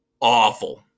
awful